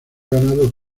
ganado